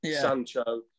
Sancho